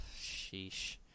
sheesh